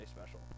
Special